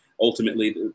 ultimately